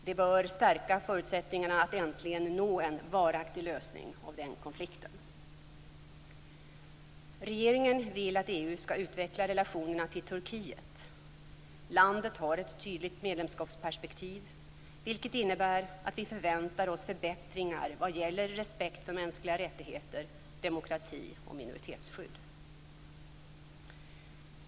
Det bör stärka förutsättningarna att äntligen nå en varaktig lösning av den konflikten. Regeringen vill att EU skall utveckla relationerna till Turkiet. Landet har ett tydligt medlemskapsperspektiv, vilket innebär att vi förväntar oss förbättringar vad gäller respekt för mänskliga rättigheter, demokrati och minoritetsskydd.